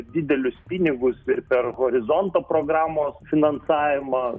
didelius pinigus ir per horizonto programos finansavimą